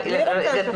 ברשותכם,